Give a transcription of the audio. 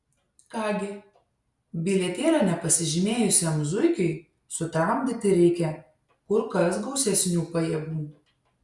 ką gi bilietėlio nepasižymėjusiam zuikiui sutramdyti reikia kur kas gausesnių pajėgų